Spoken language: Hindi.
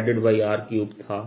pr3 था